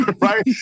Right